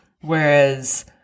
Whereas